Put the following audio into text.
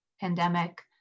pandemic